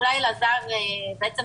אולי אלעזר יודע,